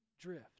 drift